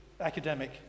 academic